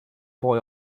boy